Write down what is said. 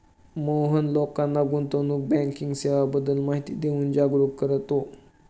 मोहन लोकांना गुंतवणूक बँकिंग सेवांबद्दल माहिती देऊन जागरुक करतो